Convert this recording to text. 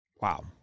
Wow